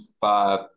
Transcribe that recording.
five